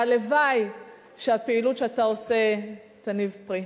והלוואי שהפעילות שאתה עושה תניב פרי.